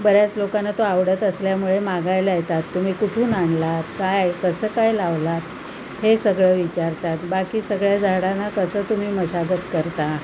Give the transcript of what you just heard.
बऱ्याच लोकांना तो आवडत असल्यामुळे मागायला येतात तुम्ही कुठून आणलात काय कसं काय लावलात हे सगळं विचारतात बाकी सगळ्या झाडांना कसं तुम्ही मशागत करता